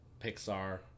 Pixar